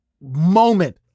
moment